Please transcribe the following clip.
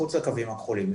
מחוץ לקיים הכחולים,